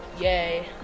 Yay